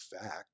fact